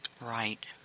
Right